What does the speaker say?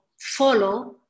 follow